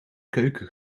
keuken